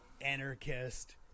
anarchist